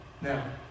Now